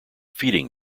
feeding